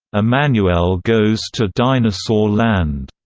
emanuelle goes to dinosaur land,